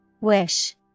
Wish